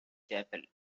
chapel